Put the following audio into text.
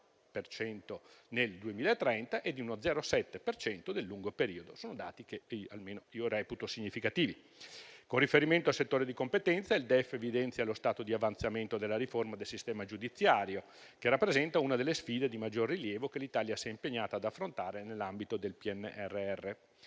0,6 punti nel 2030 e di uno 0,7 per cento nel lungo periodo. Sono dati che personalmente reputo significativi. Con riferimento al settore di competenza, il DEF evidenzia lo stato di avanzamento della riforma del sistema giudiziario, che rappresenta una delle sfide di maggior rilievo che l'Italia si è impegnata ad affrontare nell'ambito del PNRR.